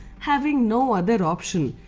having no other option.